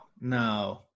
No